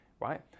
right